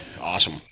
Awesome